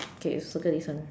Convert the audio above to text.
okay circle this one